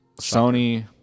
Sony